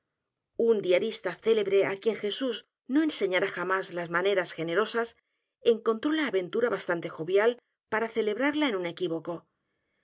un diarista célebre á quien jesús no enseñará j a m á s l a s m a n e r a s generosas encontró la aventura bastantejovial para celebrarla en un equívoco